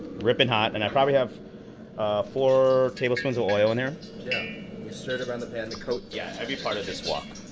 ripping hot! and i probably have four tablespoons of oil in there stirred around the pan to coat yeah every part of this wok.